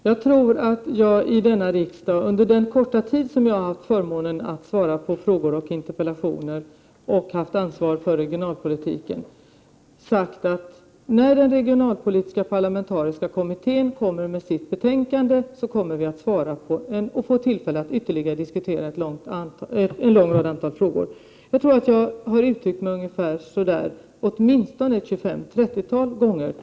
Herr talman! Jag har i riksdagen under den korta tid som jag har haft förmånen att få svara på frågor och interpellationer och haft ansvar för regionalpolitiken sagt att när den parlamentariska regionalpolitiska kommittén lägger fram sitt betänkande kommer vi att få tillfälle att ytterligare diskutera en lång rad olika frågor. Jag tror att jag har uttryckt mig så åtminstone 25 å 30 gånger.